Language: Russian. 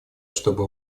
чтобы